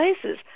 places